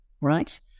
right